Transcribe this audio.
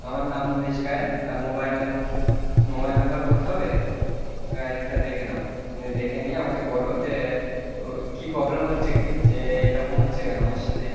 আমার নাম উমেশ গায়েন আর মোবাইল নাম মোবাইল নাম্বার বলতে হবে তুমি আইডিটা দেখে নাও দেখে নিয়ে আমাকে বলো যে কী পবলেম হচ্ছে কী যে এরকম হচ্ছে কেনো আমার সাথে